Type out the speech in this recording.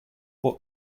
what